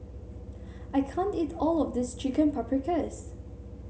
I can't eat all of this Chicken Paprikas